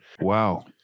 wow